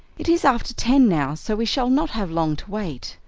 it is after ten now, so we shall not have long to wait,